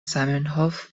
zamenhof